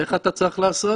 ואיך אתה צריך לעשות,